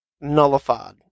nullified